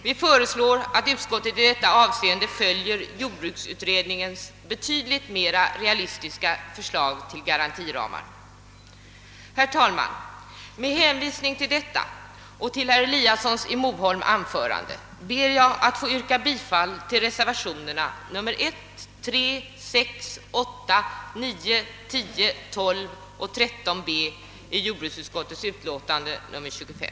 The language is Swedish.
Vi föreslår att utskottet i detta avseende följer jordbruksutredningens betydligt mera realistiska förslag till garantiramar. Herr talman! Med stöd av det anförda och med hänvisning till herr Eliassons i Moholm anförande ber jag att få yrka bifall till reservationerna 1, 3, 6, 8, 9, 10, 12 och 13 b i jordbruksutskottets utlåtande nr 235.